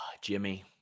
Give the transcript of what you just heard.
Jimmy